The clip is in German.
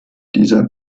dieser